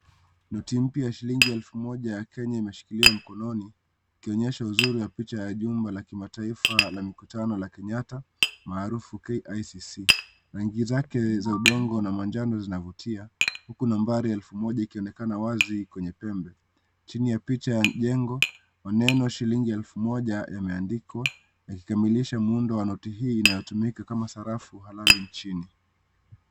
Noti mpya ya shilingi elfu moja ya Kenya imeshikiliwa mkononi, ikionyesha uzuri wa picha ya jumba la kimataifa la mikutano la Kenyatta, maarufu KICC. Rangi zake za udongo na manjano zinavutia, huku nambari 1000 ikionekana wazi kwenye pembe. Chini ya picha ya jengo, maneno shilingi 1000 yameandikwa, yakikamilisha muundo wa noti hii inayotumika kama sarafu halali nchini.